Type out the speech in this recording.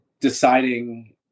deciding